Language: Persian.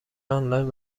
آنلاین